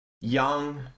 Young